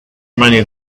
money